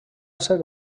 ser